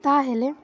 ତା'ହେଲେ